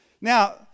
Now